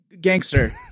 gangster